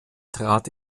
trat